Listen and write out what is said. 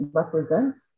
represents